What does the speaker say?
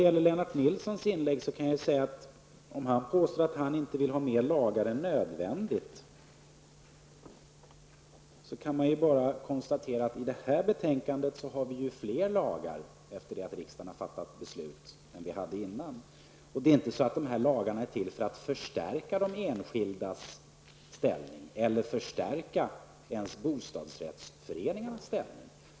Om Lennart Nilsson påstår att han inte vill ha fler lagar än nödvändigt, kan man konstatera att i det här betänkandet kommer det att bli fler lagar när riksdagen har fattat beslut än vad det fanns innan. Dessa lagar är inte till för att förstärka de enskildas ställning eller förstärka ens bostadsrättsföreningarnas ställning.